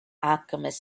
alchemist